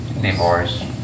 divorce